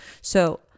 So-